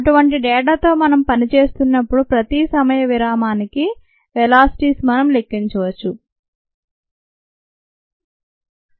అటువంటి డేటాతో మనం పనిచేస్తున్నప్పుడు ప్రతి సమయ విరామానికి వెలాసిటీస్ మనం లెక్కించవచ్చు